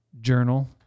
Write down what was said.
journal